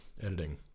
Editing